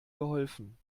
geholfen